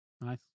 Nice